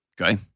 okay